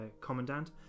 commandant